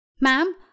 Ma'am